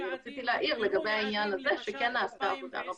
אבל אני רציתי להעיר לגבי העניין הזה שכן נעשתה עבודה רבה.